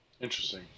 Interesting